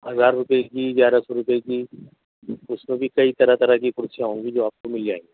ہزار روپیے کی گیارہ سو روپیے کی اس میں بھی کئی طرح طرح کی کرسیاں ہوں گی جو آپ کو مل جائیں گی